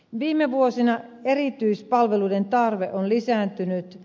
viime vuosina erityispalvelujen tarve on lisääntynyt